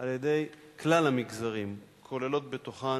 על-ידי כלל המגזרים כוללות בתוכן